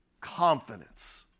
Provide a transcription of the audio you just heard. confidence